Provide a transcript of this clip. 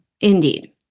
indeed